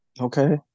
Okay